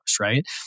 Right